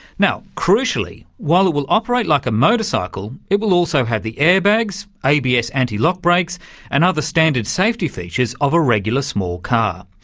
crucially, while it will operate like a motorcycle, it will also have the airbags, abs anti-lock brakes and other standard safety features of a regular small car,